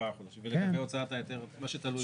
ולגבי הוצאת ההיתר, מה שתלוי בו?